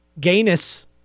gayness